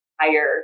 higher